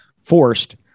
forced